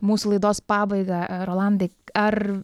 mūsų laidos pabaigą rolandai ar